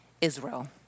Israel